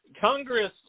Congress